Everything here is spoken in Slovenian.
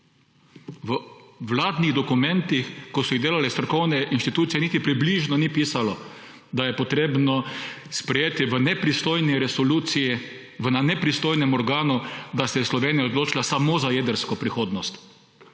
V vladnih dokumentih, ki so jih delale strokovne inštitucije, niti približno ni pisalo, da je treba sprejeti v nepristojni resoluciji na nepristojnem organu, da se je Slovenija odločila samo za jedrsko prihodnost.